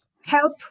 help